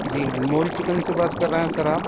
جی Anmol chicken سے بات کر رہے ہیں سر آپ